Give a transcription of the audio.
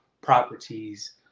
properties